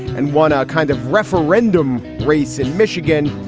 and won ah a kind of referendum race in michigan,